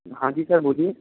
हाँ जी सर बोलिए